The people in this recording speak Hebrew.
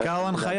חקיקה או הנחייה?